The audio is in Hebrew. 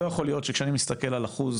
לא יכול להיות שכשאני מסתכל על האחוז